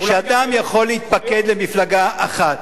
שאדם יכול להתפקד למפלגה אחת.